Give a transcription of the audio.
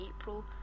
April